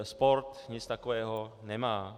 Sport nic takového nemá.